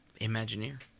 imagineer